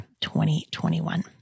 2021